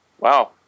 Wow